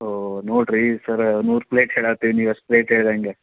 ಹೋ ನೋಡ್ರಿ ಸರ್ ನೂರು ಪ್ಲೇಟ್ ನೀವು ಅಷ್ಟು ರೇಟ್ ಹೇಳಿ ಹೇಗೆ